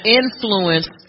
influence